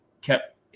kept